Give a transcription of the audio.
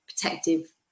protective